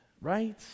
right